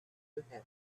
happen